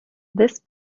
this